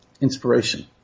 inspiration